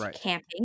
camping